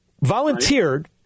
volunteered